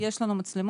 יש לנו מצלמות,